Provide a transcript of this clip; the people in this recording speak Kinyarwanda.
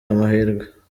amahirwe